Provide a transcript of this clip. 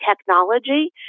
technology